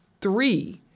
three